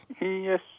Yes